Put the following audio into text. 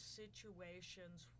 situations